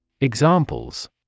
Examples